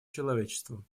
человечеством